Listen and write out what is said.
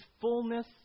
fullness